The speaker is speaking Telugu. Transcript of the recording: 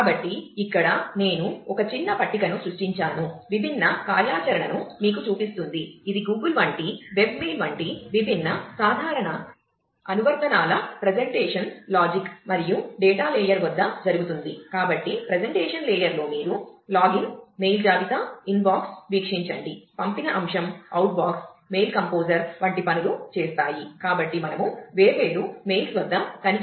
కాబట్టి ఇక్కడ నేను ఒక చిన్న పట్టికను సృష్టించాను విభిన్న కార్యాచరణను మీకు చూపిస్తుంది ఇది గూగుల్ వంటి వెబ్ మెయిల్ వంటి విభిన్న సాధారణ అనువర్తనాల ప్రెజెంటేషన్ లాజిక్ వ్రాయవచ్చు